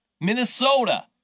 Minnesota